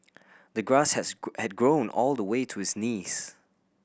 the grass has had grown all the way to his knees